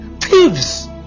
thieves